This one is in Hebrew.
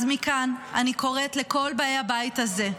אז מכאן אני קוראת לכל באי הבית הזה,